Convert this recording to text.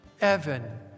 Evan